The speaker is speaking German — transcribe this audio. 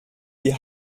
die